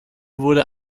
wurde